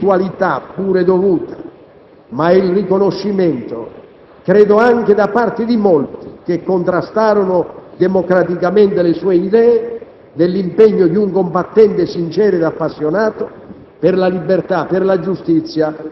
non è solo segno di ritualità, pure dovuta, ma è il riconoscimento, credo anche da parte di molti che contrastarono democraticamente le sue idee, dell'impegno di un combattente sincero ed appassionato